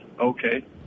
Okay